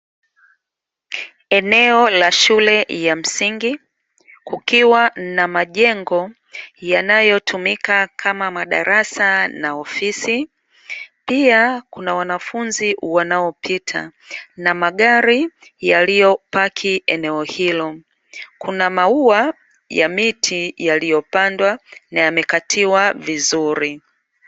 Eneo la shule ya msingi, kukiwa na majengo yanayotumika kama madarasa na ofisi, pia kuna wanafunzi wanaopita, na magari yaliyopaki eneo hilo, kuna maua ya miti yaliyopandwa na yamekatiwa vizuri.